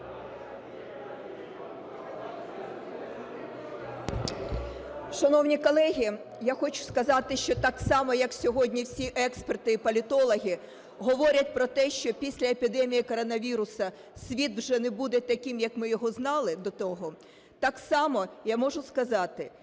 Шановні колеги, я хочу сказати, що так само, як сьогодні, всі експерти і політологи говорять про те, що після епідемії коронавірусу світ вже не буде таким, як ми його знали до того, так само я можу сказати, що